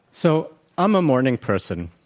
so i'm a morning person.